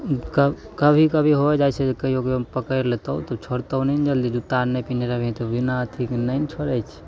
कभी कभी हो जाइ छै जे कहिओ कहिओ पकड़ि लेतौ तऽ छोड़तौ नहि ने जलदी जुत्ता आर नहि पेन्हने रहबही तऽ बिना अथीके नहि ने छोड़ै छै